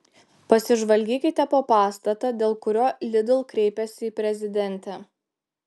pasižvalgykite po pastatą dėl kurio lidl kreipėsi į prezidentę